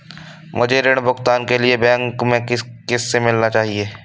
मुझे ऋण भुगतान के लिए बैंक में किससे मिलना चाहिए?